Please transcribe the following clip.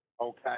Okay